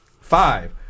five